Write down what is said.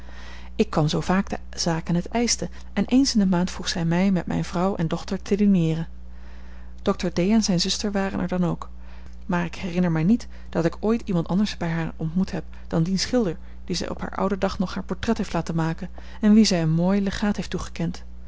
ik kwam zoo vaak de zaken het eischten en eens in de maand vroeg zij mij met mijne vrouw en dochter te dineeren dokter d en zijne zuster waren er dan ook maar ik herinner mij niet dat ik ooit iemand anders bij haar ontmoet heb dan dien schilder dien zij op haar ouden dag nog haar portret heeft laten maken en wien zij een mooi legaat heeft toegekend